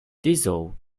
diesel